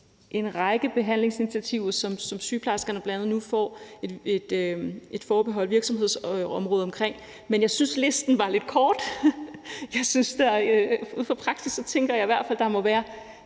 en række behandlingsinitiativer, som at sygeplejerskerne bl.a. nu får et forbeholdt virksomhedsområde omkring, men jeg må indrømme, at jeg synes, listen er lidt kort. Baseret på praksis tænker jeg i hvert fald, at der må være